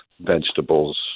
vegetables